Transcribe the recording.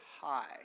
high